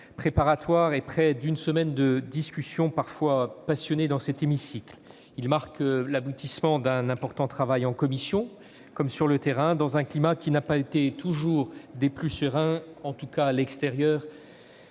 préparatoire et près d'une semaine de discussions, parfois passionnées, dans cet hémicycle. Le vote de ce texte marque l'aboutissement d'un important travail, en commission comme sur le terrain, dans un climat qui n'a pas toujours été des plus sereins, en tout cas à l'extérieur